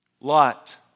Lot